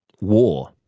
war